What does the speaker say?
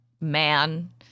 man